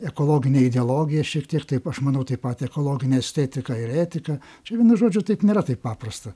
ekologine ideologija šiek tiek taip aš manau taip pat ekologine estetika ir etika čia vienu žodžiu taip nėra taip paprasta